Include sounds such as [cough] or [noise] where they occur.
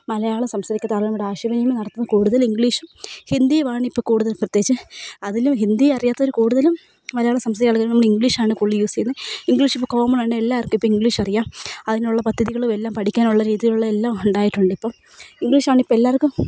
മലയാളം സംസാരിക്കാത്ത ആളുകളോട് ആശയവിനിമയം നടത്തുന്നത് കൂടുതൽ ഇംഗ്ലീഷും ഹിന്ദിയുമാണിപ്പോൾ കൂടുതലും പ്രത്യേകിച്ച് അതിലും ഹിന്ദി അറിയാത്തവര് കൂടുതലും മലയാളം [unintelligible] നമ്മൾ ഇംഗ്ലീഷാണ് കൂടുതൾ യൂസ് ചെയ്യുന്നത് ഇംഗ്ലീഷ് ഇപ്പോൾ കോമൺ ആണ് എല്ലാവർക്കും ഇപ്പോൾ ഇംഗ്ലീഷ് അറിയാം അതിനുള്ള പദ്ധതികളും എല്ലാം പഠിക്കാനുള്ള രീതിയിൽ ഉള്ള എല്ലാം ഉണ്ടായിട്ടുണ്ട് ഇപ്പോൾ ഇംഗ്ലീഷാണ് ഇപ്പോൾ എല്ലാവർക്കും